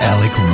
Alec